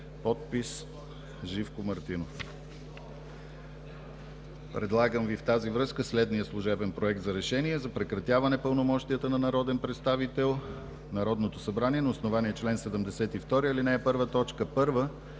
Подпис: Живко Мартинов“. Предлагам Ви в тази връзка следният служебен „Проект! РЕШЕНИЕ за прекратяване пълномощията на народен представител Народното събрание на основание чл. 72, ал. 1,